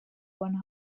one